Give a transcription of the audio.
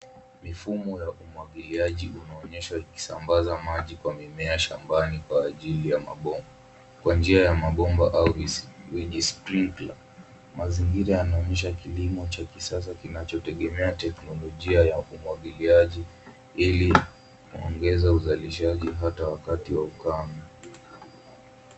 Mifumo ya umwagiliaji unaonyeshwa ikisambaza maji kwa mimea shambani kwa njia ya mabomba (cs)vijisprinkler(cs). Mazingira yanaonyesha kilimo cha kisasa kinachotegemea teknolojia ya umwagiliaji ili kuongeza uzalishaji hata wakati wa ukame.